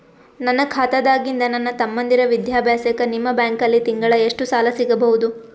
ನನ್ನ ಖಾತಾದಾಗಿಂದ ನನ್ನ ತಮ್ಮಂದಿರ ವಿದ್ಯಾಭ್ಯಾಸಕ್ಕ ನಿಮ್ಮ ಬ್ಯಾಂಕಲ್ಲಿ ತಿಂಗಳ ಎಷ್ಟು ಸಾಲ ಸಿಗಬಹುದು?